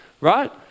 right